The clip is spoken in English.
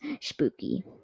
spooky